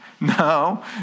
No